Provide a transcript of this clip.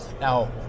Now